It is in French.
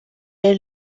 est